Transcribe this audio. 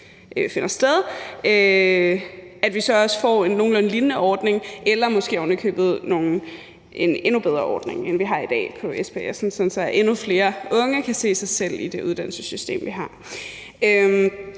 håber jeg, at vi så også får en nogenlunde lignende ordning eller måske oven i købet en endnu bedre ordning, end vi har i dag på SPS'en, sådan at endnu flere unge kan se sig selv i det uddannelsessystem, vi har.